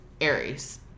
Aries